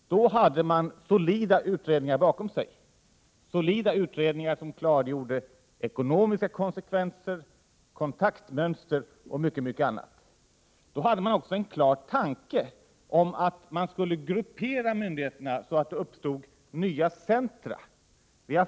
Då hade man solida utredningar bakom sig, som klargjorde ekonomiska konsekvenser, kontaktmönster och mycket annat. Då hade man också en klar tanke om att myndigheterna skulle grupperas så att det uppstod nya centra.